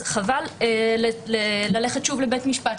חבל ללכת שוב לבית משפט.